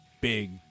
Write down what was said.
big